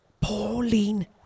Pauline